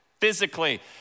physically